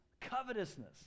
covetousness